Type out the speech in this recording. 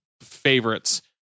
favorites